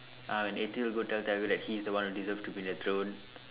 ah Ethi will go tell Thiagu that he is the one who deserve to be in the throne